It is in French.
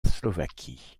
slovaquie